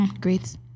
great